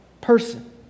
person